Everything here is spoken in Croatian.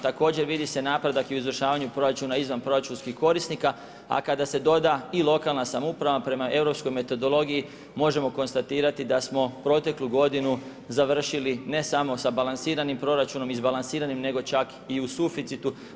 Također se vidi napredak i u izvršavanju proračuna izvanproračunskih korisnika, a kada se doda i lokalna samouprava prema europskoj metodologiji možemo konstatirati da smo proteklu godinu završili ne samo sa balansiranim proračunom, izbalansiranim, nego čak i u suficitu.